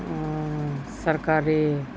ಸರ್ಕಾರಿ